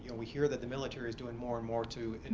and we hear that the military is doing more and more to